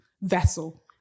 vessel